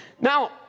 now